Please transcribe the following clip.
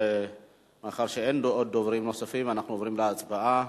מאחר שאין דוברים נוספים אנחנו עוברים להצבעה.